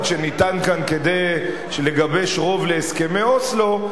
שניתן כאן כדי לגבש רוב להסכמי אוסלו,